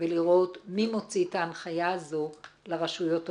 ולראות מי מוציא את ההנחיה הזו לרשויות המקומיות.